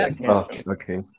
okay